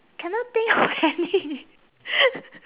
cannot think of any